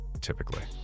typically